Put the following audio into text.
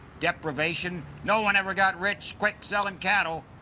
deprivation. no-one ever got rich quick selling cattle.